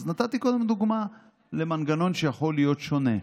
נתתי קודם דוגמה למנגנון שיכול להיות שונה: